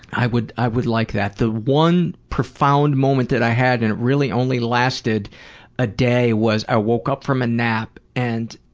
i would i would like that. the one profound moment that i had, and it really only lasted a day was i woke up from a nap and